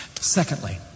Secondly